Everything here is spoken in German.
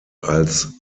als